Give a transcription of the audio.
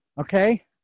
okay